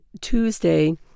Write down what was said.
Tuesday